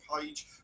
page